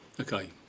Okay